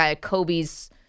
Kobe's